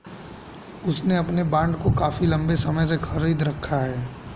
उसने अपने बॉन्ड को काफी लंबे समय से खरीद रखा है